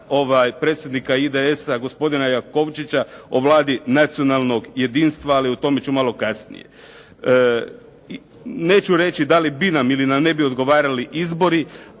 predsjednika IDS-a, gospodina Jakovčića o Vladi nacionalnog jedinstva, ali o tome ću malo kasnije. Neću reći da li bi nam ili nam ne bi odgovarali izbori,